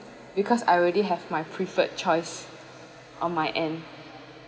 because I already have my preferred choice on my end